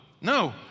no